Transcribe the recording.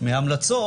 מההמלצות